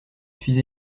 suis